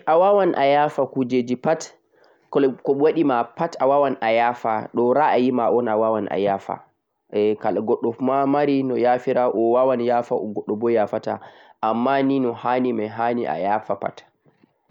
Ae awawan ayafa koɗumi ko ɓe waɗe ma pat ngam ra'ayima'on